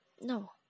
No